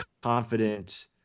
confident